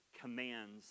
commands